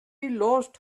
lost